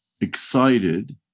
excited